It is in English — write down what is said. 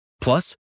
Plus